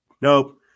Nope